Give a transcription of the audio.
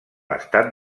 estat